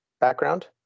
background